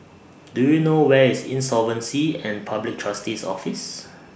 Do YOU know Where IS Insolvency and Public Trustee's Office